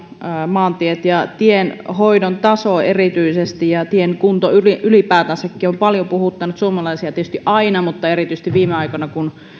maantiet ja tienhoidon taso erityisesti ja tien kunto ylipäätänsäkin ovat paljon puhuttaneet suomalaisia tietysti aina mutta erityisesti viime aikoina kun